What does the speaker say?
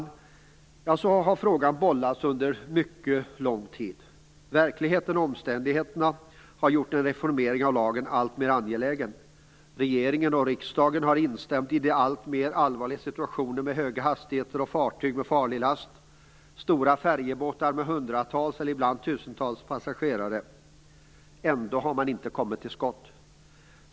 Så har denna fråga bollats under mycket lång tid. Verkligheten och omständigheterna har gjort en reformering av lagen alltmer angelägen. Regeringen och riksdagen har instämt i att situationen blivit alltmer allvarlig med de höga hastigheterna, med fartyg med farlig last och med stora färjebåtar med hundratals eller ibland tusentals passagerare. Ändå har man inte kommit till skott.